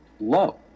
low